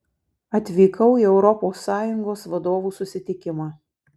atvykau į europos sąjungos vadovų susitikimą